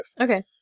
Okay